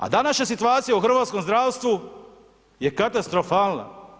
A današnja situacija u hrvatskom zdravstvu je katastrofalna.